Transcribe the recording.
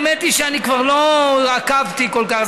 האמת היא שאני כבר לא עקבתי כל כך.